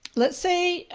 let's say